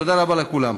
תודה רבה לכולם.